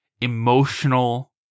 emotional